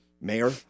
Mayor